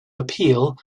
appeal